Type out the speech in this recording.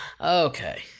Okay